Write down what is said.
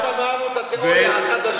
היום שמענו את התיאוריה החדשה,